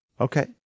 okay